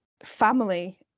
family